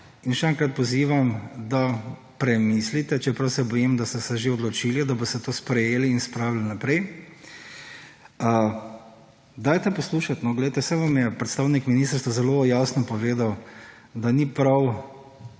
In še enkrat pozivam, da premislite, čeprav se bojim, da ste se že odločili, da boste to sprejeli in spravili naprej. Dajte poslušati, poglejte, saj vam je predstavnik ministrstva zelo jasno povedal, da ni prav